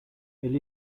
elle